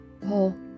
Paul